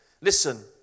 Listen